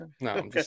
No